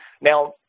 Now